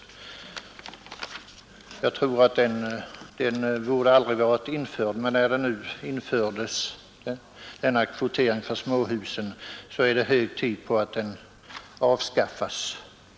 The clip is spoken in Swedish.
Denna borde enligt min mening aldrig ha införts, men när den nu finns är det hög tid att den avskaffas.